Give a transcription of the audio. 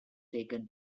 taken